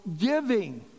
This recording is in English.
giving